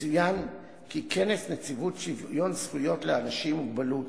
יצוין כי כנס נציבות שוויון זכויות לאנשים עם מוגבלות